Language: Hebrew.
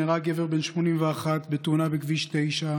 נהרג גבר בן 81 בתאונה בכביש 9,